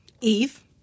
Eve